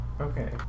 Okay